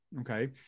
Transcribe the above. Okay